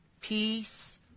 peace